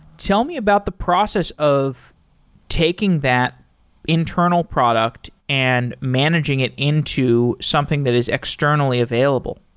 tell me about the process of taking that internal product and managing it into something that is externally available.